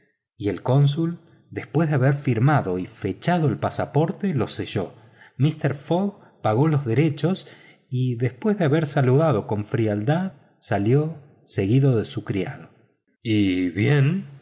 y el cónsul después de haber firmado y fechado el pasaporte lo selló míster fogg pagó los derechos y después de haber saludado con frialdad salió seguido de su criado y bien